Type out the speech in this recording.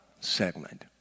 segment